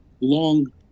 long